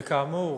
וכאמור,